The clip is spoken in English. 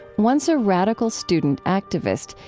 once a radical student activist,